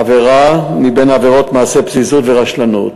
עבירה מבין העבירות של מעשה פזיזות ורשלנות,